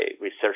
research